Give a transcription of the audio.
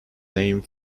name